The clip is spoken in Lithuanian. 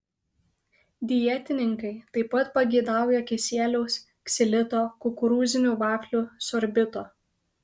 dietininkai taip pat pageidauja kisieliaus ksilito kukurūzinių vaflių sorbito